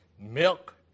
milk